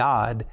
God